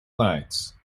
knights